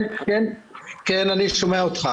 אני מנכ"ל תאגיד מי הגליל.